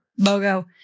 Bogo